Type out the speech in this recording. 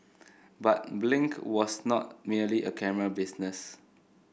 but Blink was not merely a camera business